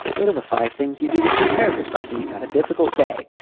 what are the five things you do to take care of yourself and you've had a difficult day.